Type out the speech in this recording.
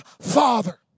father